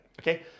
okay